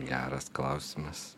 geras klausimas